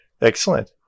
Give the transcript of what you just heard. excellent